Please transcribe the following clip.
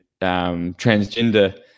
transgender